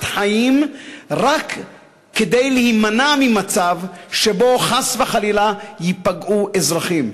חיים רק כדי להימנע ממצב שבו חס וחלילה ייפגעו אזרחים.